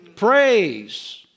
Praise